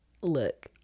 look